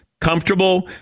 Comfortable